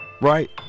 right